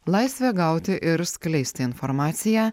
laisvė gauti ir skleisti informaciją